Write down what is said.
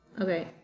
Okay